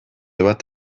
bat